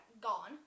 gone